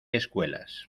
escuelas